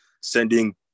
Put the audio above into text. sending